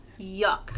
Yuck